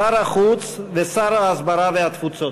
שר החוץ ושר ההסברה והתפוצות.